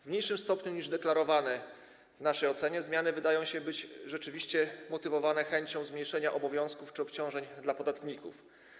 W mniejszym stopniu niż deklarowano, w naszej ocenie, zmiany wydają się być rzeczywiście motywowane chęcią zmniejszenia obowiązków czy obciążeń dla podatników.